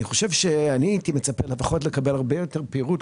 אני הייתי מצפה לפחות לקבל הרבה יותר פירוט,